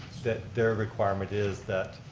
that their requirement is that